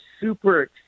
super